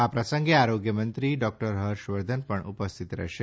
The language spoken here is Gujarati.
આ પ્રસંગે આરોગ્ય મંત્રી ડોકટર હર્ષવર્ધન પણ ઉપસ્થિત રહેશે